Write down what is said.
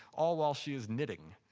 all while she is knitting.